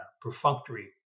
perfunctory